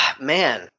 Man